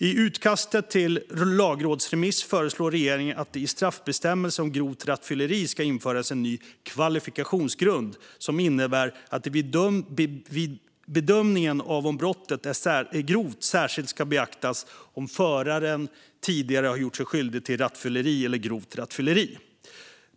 I utkastet till lagrådsremiss föreslår regeringen att det i straffbestämmelsen om grovt rattfylleri ska införas en ny kvalifikationsgrund som innebär att det vid bedömningen av om brottet är grovt särskilt ska beaktas om föraren tidigare har gjort sig skyldig till rattfylleri eller grovt rattfylleri.